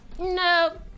No